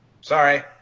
Sorry